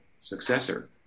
successor